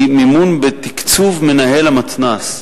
היא מימון בתקצוב מנהל המתנ"ס.